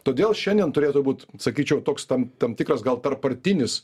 todėl šiandien turėtų būt sakyčiau toks tam tam tikras gal tarppartinis